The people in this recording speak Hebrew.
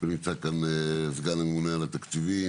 נמצא כאן סגן הממונה על התקציבים